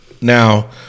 Now